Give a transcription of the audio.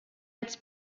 its